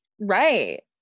Right